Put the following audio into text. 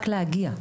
רק להגיע.